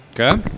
Okay